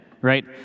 right